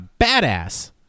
badass